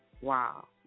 Wow